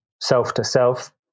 self-to-self